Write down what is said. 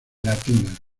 latinas